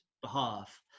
behalf